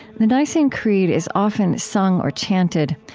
the nicene creed is often sung or chanted.